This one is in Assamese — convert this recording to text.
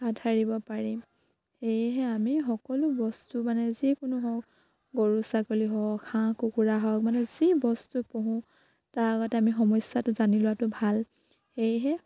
হাত সাৰিব পাৰি সেয়েহে আমি সকলো বস্তু মানে যিকোনো হওক গৰু ছাগলী হওক হাঁহ কুকুৰা হওক মানে যি বস্তু পুহো তাৰ আগতে আমি সমস্যাটো জানি লোৱাটো ভাল সেয়েহে